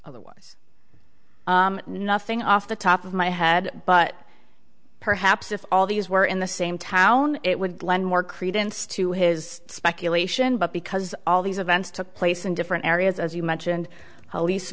otherwise nothing off the top of my head but perhaps if all these were in the same town it would lend more credence to his speculation but because all these events took place in different areas as you mentioned